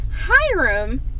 Hiram